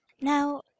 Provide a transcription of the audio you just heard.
Now